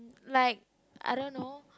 like I don't know